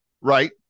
Right